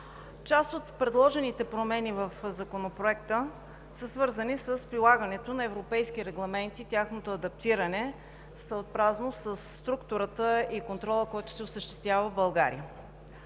Част от предложените промени в Законопроекта са свързани с прилагането на европейски регламенти, тяхното адаптиране съобразно със структурата и контрола, който се осъществява в България.